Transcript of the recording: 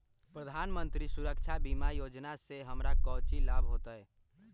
प्रधानमंत्री सुरक्षा बीमा योजना से हमरा कौचि लाभ होतय?